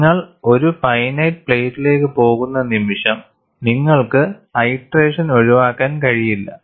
നിങ്ങൾ ഒരു ഫൈനൈറ്റ് പ്ലേറ്റിലേക്ക് പോകുന്ന നിമിഷം നിങ്ങൾക്ക് ഐറ്ററേഷൻ ഒഴിവാക്കാൻ കഴിയില്ല